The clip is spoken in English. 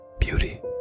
beauty